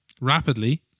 rapidly